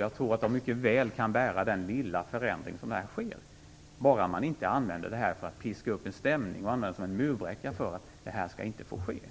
Jag tror att de mycket väl kan bära den lilla förändring som här sker, bara man inte använder detta för att piska upp en stämning och använda det som en murbräcka för att hindra förändringen.